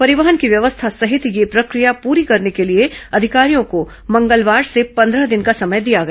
परिवहन की व्यवस्था सहित यह प्रक्रिया पूरी करने के लिए अधिकारियों को मंगलवार से पन्द्रह दिन का समय दिया गया